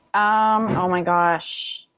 um oh, my gosh.